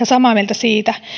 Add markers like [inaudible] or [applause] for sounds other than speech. [unintelligible] samaa mieltä siitä